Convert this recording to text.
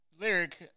lyric